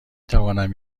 توانم